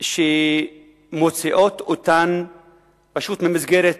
שמוציאות אותן פשוט ממסגרת